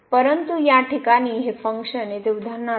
परंतु या ठिकाणी हे फंक्शन येथे उदाहरणार्थ